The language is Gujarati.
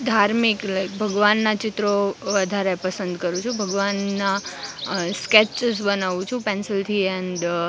ધાર્મિક એટલે ભગવાનના ચિત્રો વધારે પસંદ કરું છું ભગવાનના સ્કેચીસ બનાવું છું પેન્સિલથી એન્ડ